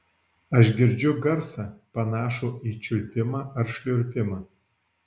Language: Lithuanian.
aš girdžiu garsą panašų į čiulpimą ar šliurpimą